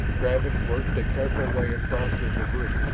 travis worked a careful way across the debris,